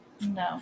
No